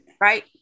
Right